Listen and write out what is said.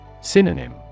Synonym